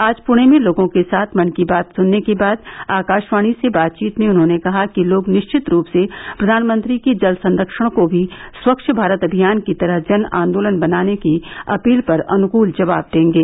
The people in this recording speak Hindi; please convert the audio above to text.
आज पुणे में लोगों के साथ मन की बात सुनने के बाद आकाशवाणी से बातचीत में उन्होंने कहा कि लोग निश्चित रूप से प्रधानमंत्री की जल संरक्षण को भी स्वच्छ भारत अभियान की तरह जन आंदोलन बनाने की अपील पर अन्कूल जवाब देंगे